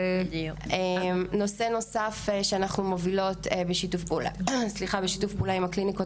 נושא נוסף שאנחנו מובילות בשיתוף פעולה עם הקליניקות